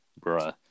Bruh